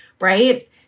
right